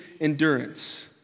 endurance